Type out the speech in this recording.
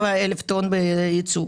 7,000 טון יצוא,